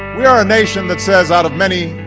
we are a nation that says, out of many,